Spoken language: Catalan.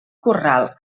corral